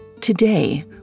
Today